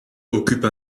occupe